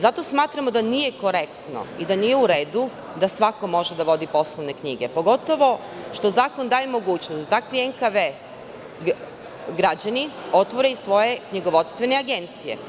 Zato smatramo da nije korektno i da nije u redu da svako može da vodi poslovne knjige, pogotovo što zakon daje mogućnost da takvi NKV građani otvore i svoje knjigovodstvene agencije.